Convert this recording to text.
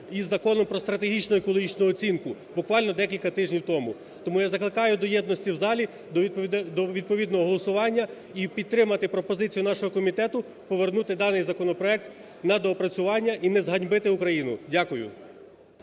із Законом про стратегічну екологічну оцінку буквально декілька тижнів тому. Тому я закликаю до єдності в залі, до відповідного голосування і підтримати пропозицію нашого комітету повернути даний законопроект на доопрацювання і не зганьбити Україну. Дякую.